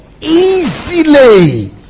easily